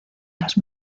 las